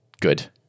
good